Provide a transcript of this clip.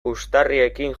puxtarriekin